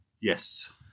Yes